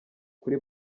kuri